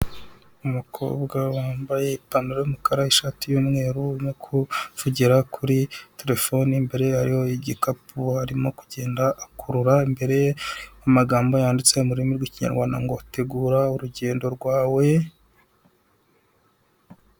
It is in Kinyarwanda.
Umukobwa wambaye ipantaro y'umukara, ishati y'umweru, arimo kuvugira kuri telefone, imbere ye hariho igikapu arimo kugenda akurura, imbere ye amagambo yanditse murimi rw'ikinyarwanda ngo tegura urugendo rwawe.